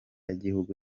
y’igihugu